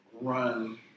run